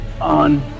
On